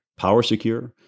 PowerSecure